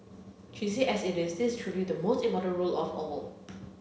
cheesy as it is this is truly the most important rule of all